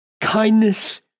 kindness